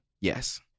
Yes